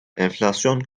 enflasyon